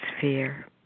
fear